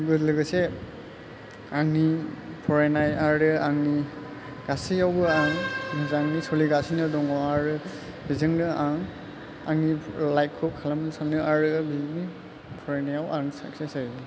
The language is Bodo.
लोगोसे आंनि फरायनाय आरो आंनि गासैयावबो आं मोजाङै सलिगासिनो दङ आरो बेजोंनो आं आंनि लाइफखौ खालामनो सानो आरो बेनि फरायनायाव आं साकचेस जायो